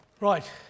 Right